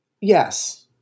yes